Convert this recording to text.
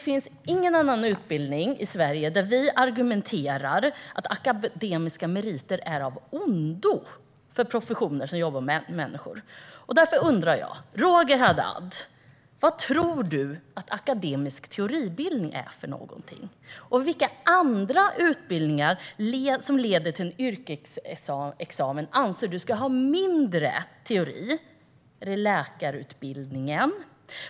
Vid ingen annan utbildning i Sverige lägger vi fram argument om att akademiska meriter är av ondo för professioner som jobbar med människor. Därför undrar jag vad Roger Haddad tror att akademisk teoribildning är. Och i vilka andra utbildningar som leder till en yrkesexamen anser han att man ska ha mindre teori? Är det kanske läkarutbildningen?